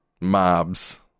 mobs